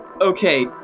Okay